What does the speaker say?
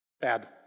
bad